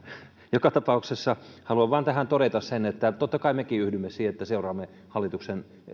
joka tapauksessa haluan vain tähän todeta sen että totta kai mekin yhdymme siihen että seuraamme hallituksen